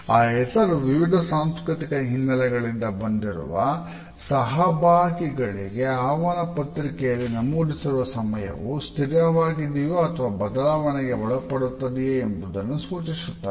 ಆ ಹೆಸರು ವಿವಿಧ ಸಾಂಸ್ಕೃತಿಕ ಹಿನ್ನೆಲೆಗಳಿಂದ ಬಂದಿರುವ ಸಹಭಾಗಿಗಳಿಗೆ ಆಹ್ವಾನ ಪತ್ರಿಕೆಯಲ್ಲಿ ನಮೂದಿಸಿರುವ ಸಮಯ ಸ್ಥಿರವಾಗಿದೆಯೋ ಅಥವಾ ಬದಲಾವಣೆಗಳಿಗೆ ಒಳಪಡುತ್ತದೆಯೇ ಎಂಬುದನ್ನು ಸೂಚಿಸುತ್ತದೆ